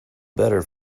better